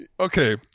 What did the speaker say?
Okay